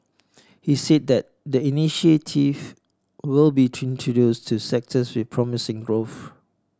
he said the initiative will be introduced to sectors with promising growth